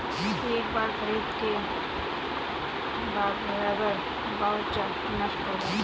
एक बार खरीद के बाद लेबर वाउचर नष्ट हो जाता है